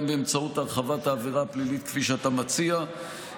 גם באמצעות הרחבת העבירה הפלילית כפי שאתה מציע,